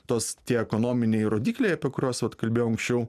tos tie ekonominiai rodikliai apie kuriuos vat kalbėjau anksčiau